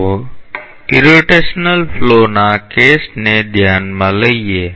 ચાલો ઇરોટેશનલ ફ્લોના કેસને ધ્યાનમાં લઈએ